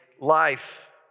life